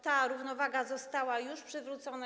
Ta równowaga została już przywrócona.